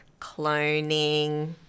cloning